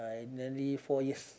I nearly four years